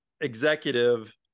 executive